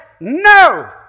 No